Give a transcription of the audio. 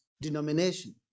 denomination